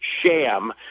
sham